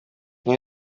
uri